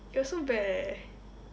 it was so bad eh